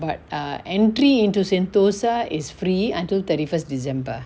but err entry into sentosa is free until thirty first december